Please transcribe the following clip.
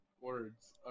Words